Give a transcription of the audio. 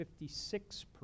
56%